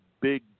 big